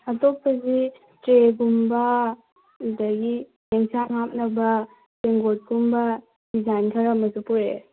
ꯑꯇꯣꯞꯄꯒꯤ ꯇ꯭ꯔꯦꯒꯨꯝꯕ ꯑꯗꯒꯤ ꯑꯦꯟꯁꯥꯡ ꯍꯥꯞꯅꯕ ꯇꯦꯡꯒꯣꯠ ꯀꯨꯝꯕ ꯗꯤꯖꯥꯏꯟ ꯈꯔ ꯑꯃꯁꯨ ꯄꯨꯔꯛꯑꯦ